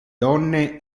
donne